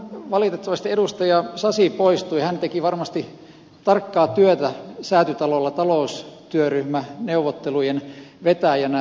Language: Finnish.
valitettavasti edustaja sasi poistui hän teki varmasti tarkkaa työtä säätytalolla taloustyöryhmäneuvottelujen vetäjänä